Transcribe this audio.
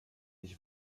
ich